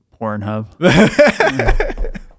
Pornhub